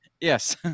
Yes